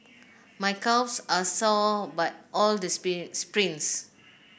my calves are sore but all the sprints